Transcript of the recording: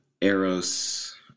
Eros